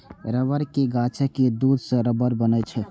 रबड़ के गाछक दूध सं रबड़ बनै छै